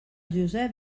josep